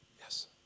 Yes